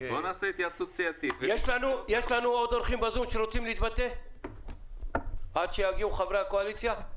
יש לנו עוד אורחים ב-זום שרוצים להתבטא עד שיגיעו חברי הקואליציה?